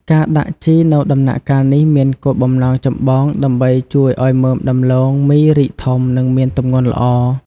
ការដាក់ជីនៅដំណាក់កាលនេះមានគោលបំណងចម្បងដើម្បីជួយឱ្យមើមដំឡូងមីរីកធំ និងមានទម្ងន់ល្អ។